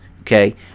Okay